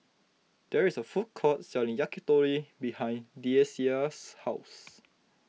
there is a food court selling Yakitori behind Deasia's house